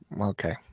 Okay